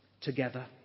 together